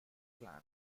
clan